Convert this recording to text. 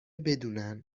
بدونن